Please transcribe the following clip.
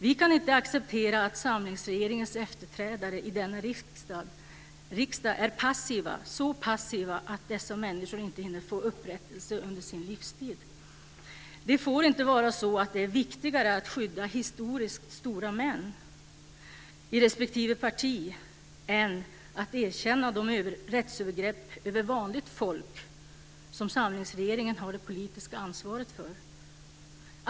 Vi kan inte acceptera att samlingsregeringens efterträdare i denna riksdag är så passiva att dessa människor inte hinner få upprättelse under sin livstid. Det får inte vara så att det är viktigare att skydda historiskt stora män i respektive parti än att erkänna de rättsövergrepp över vanligt folk som samlingsregeringen har det politiska ansvaret för.